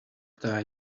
type